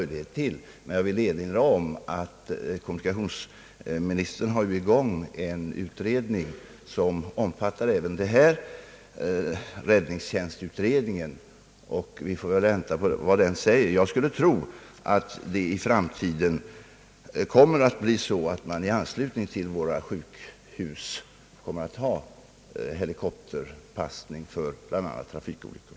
Jag vill dock erinra om att kommunikationsministern har tillsatt en utredning, vars arbete omfattar även detta problem, nämligen räddningstjänstutredningen. Vi får väl vänta och se vad den kommer fram till. Jag skulle tro att det i framtiden kommer att bli så, att det i anslutning till våra sjukhus kommer att ordnas med helikopterpassning för bl.a. trafikolyckor.